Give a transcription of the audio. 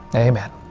amen.